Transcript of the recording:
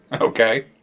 Okay